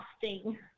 frosting